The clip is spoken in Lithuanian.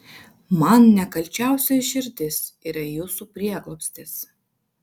man nekalčiausioji širdis yra jūsų prieglobstis